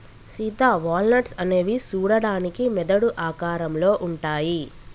Sita walnuts అనేవి సూడడానికి మెదడు ఆకారంలో ఉంటాయి